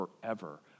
forever